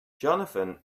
johnathan